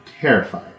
terrified